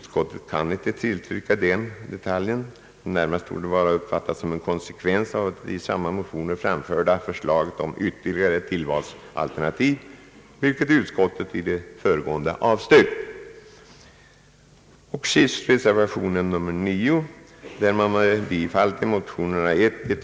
Utskottet kan inte tillstyrka detta yrkande, som närmast torde vara att uppfatta som en konsekvens av det i samma motioner framförda förslaget om ytterligare ett tillvalsalternativ, vilket utskottet i det föregående avstyrkt.